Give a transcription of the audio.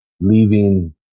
leaving